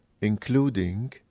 including